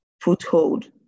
foothold